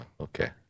okay